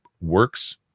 works